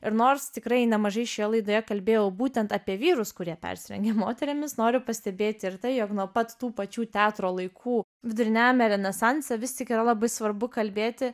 ir nors tikrai nemažai šioje laidoje kalbėjau būtent apie vyrus kurie persirengę moterimis noriu pastebėti ir tai jog nuo pat tų pačių teatro laikų viduriniajame renesanse vis tik yra labai svarbu kalbėti